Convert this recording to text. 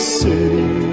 city